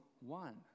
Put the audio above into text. one